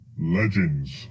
Legends